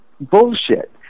bullshit